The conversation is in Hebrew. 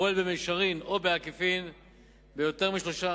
הפועל במישרין או בעקיפין ביותר משלושה